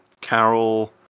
Carol